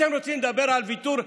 אתם רוצים לדבר על ויתור?